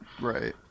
Right